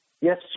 Yes